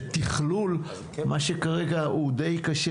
ותכלול מה שכרגע הוא די קשה.